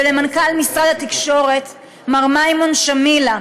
ולמנכ"ל משרד התקשורת מר מימון שמילה.